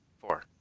four